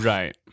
Right